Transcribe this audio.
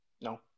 No